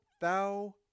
Thou